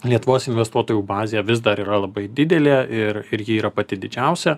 lietuvos investuotojų bazė vis dar yra labai didelė ir ir ji yra pati didžiausia